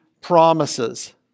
promises